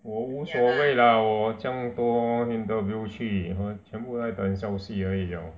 我无所谓 lah 我这样多 interview 去全部在等消息而已嘛